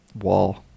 wall